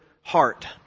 heart